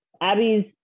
Abby's